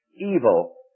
evil